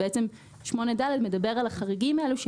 בעצם סעיף 8(ד) מדבר על החריגים האלה.